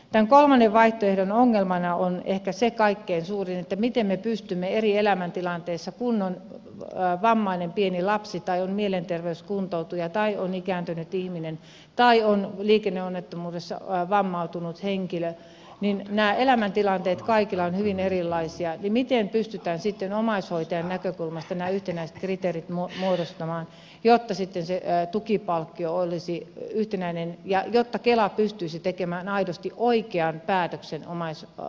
tämän kolmannen vaihtoehdon ehkä kaikkein suurin ongelma on se kun on vammainen pieni lapsi tai on mielenterveyskuntoutuja tai on ikääntynyt ihminen tai on liikenneonnettomuudessa vammautunut henkilö kun nämä elämäntilanteet kaikilla ovat hyvin erilaisia niin miten pystytään sitten omaishoitajan näkökulmasta nämä yhtenäiset kriteerit muodostamaan jotta sitten se tukipalkkio olisi yhtenäinen ja jotta kela pystyisi tekemään aidosti oikean päätöksen omaishoitajalle